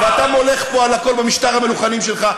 במדינת ישראל.